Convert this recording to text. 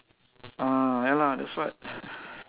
ah ya lah that's why